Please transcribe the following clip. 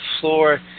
floor